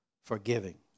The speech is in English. forgiving